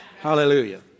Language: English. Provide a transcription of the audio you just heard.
Hallelujah